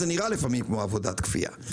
זה נראה לפעמים כמו עבודת כפייה.